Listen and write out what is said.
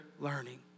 learning